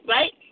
Right